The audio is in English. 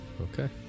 Okay